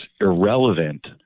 irrelevant